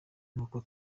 n’uko